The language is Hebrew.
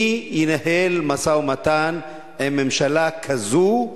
מי ינהל משא-ומתן עם ממשלה כזאת,